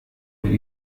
per